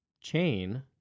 chain